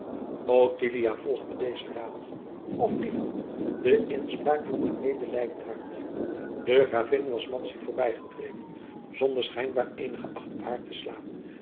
ottilia volgde dezen raad of liever de inspraak van haar medelijdend hart de gravin was madzy voorbijgetreden zonder schijnbaar eenige acht op haar te slaan